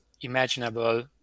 imaginable